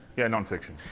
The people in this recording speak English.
yeah, nonfiction.